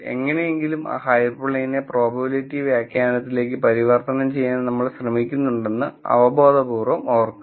എങ്ങനെയെങ്കിലും ആ ഹൈപ്പർപ്ലെയ്നെ പ്രോബബിലിറ്റി വ്യാഖ്യാനത്തിലേക്ക് പരിവർത്തനം ചെയ്യാൻ നമ്മൾ ശ്രമിക്കുന്നുണ്ടെന്ന് അവബോധപൂർവ്വം ഓർക്കുക